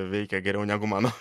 veikia geriau negu mano